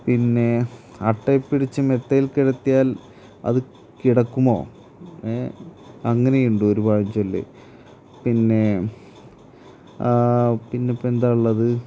പിന്നെ അട്ടയെ പിടിച്ച് മെത്തയിൽ കിടത്തിയാൽ അത് കിടക്കുമോ അങ്ങനെയും ഉണ്ട് ഒരു പഴഞ്ചൊല്ല് പിന്നെ പിന്നെ ഇപ്പോൾ എന്താ ഉള്ളത്